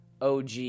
OG